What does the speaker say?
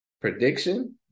prediction